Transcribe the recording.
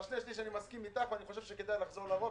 לגבי שני שליש אני מסכים אתך ואני חושב שכדאי לחזור לעבוד,